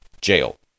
Jail